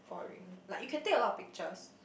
boring like you can take a lot pictures